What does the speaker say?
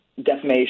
defamation